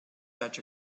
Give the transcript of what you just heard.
such